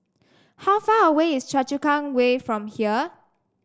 how far away is Choa Chu Kang Way from here